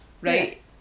right